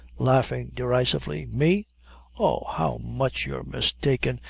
laughing derisively. me oh, how much you're mistaken,